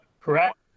Correct